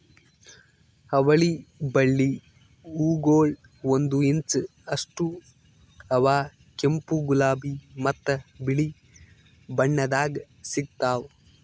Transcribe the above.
ಅವಳಿ ಬಳ್ಳಿ ಹೂಗೊಳ್ ಒಂದು ಇಂಚ್ ಅಷ್ಟು ಅವಾ ಕೆಂಪು, ಗುಲಾಬಿ ಮತ್ತ ಬಿಳಿ ಬಣ್ಣದಾಗ್ ಸಿಗ್ತಾವ್